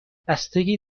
بستگی